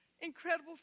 Incredible